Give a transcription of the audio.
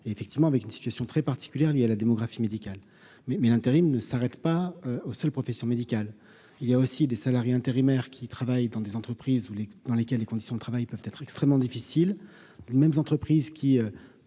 et effectivement avec une situation très particulière, liée à la démographie médicale mais mais l'intérim ne s'arrête pas aux seules professions médicales, il y a aussi des salariés intérimaires qui travaillent dans des entreprises où les dans lesquels les conditions de travail peuvent être extrêmement difficile, les mêmes entreprises qui,